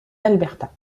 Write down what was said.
alberta